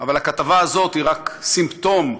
אבל הכתבה הזאת היא רק סימפטום למחלה,